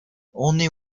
only